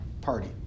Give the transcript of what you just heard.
party